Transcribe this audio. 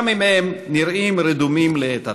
גם אם הם נראים רדומים לעת עתה.